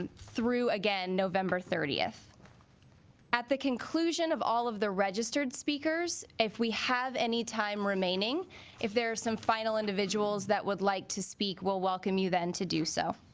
um through again november thirtieth at the conclusion of all of the registered speakers if we have any time remaining if there are some final individuals that would like to speak will welcome you then to do so